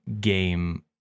game